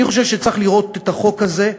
אני חושב שצריך לראות את החוק הזה,